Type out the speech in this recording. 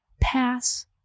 pass